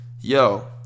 Yo